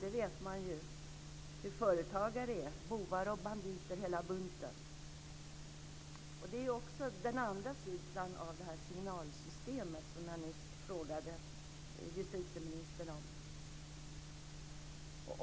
Det vet man ju hur företagare är - bovar och banditer hela bunten!" Detta är den andra sidan av det signalsystem som jag just frågade justitieministern om.